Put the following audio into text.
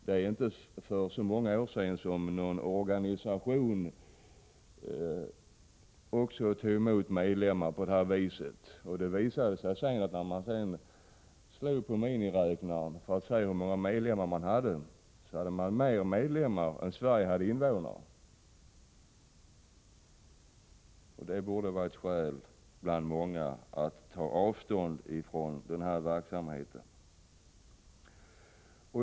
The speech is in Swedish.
För inte så många år sedan hände i en organisation som också tog emot medlemmar på detta sätt att det visade sig, när man slog på miniräknaren för att se hur många medlemmar man hade, att man hade fler medlemmar än Sverige hade invånare. Detta borde vara ett skäl bland många att ta avstånd från denna verksamhet.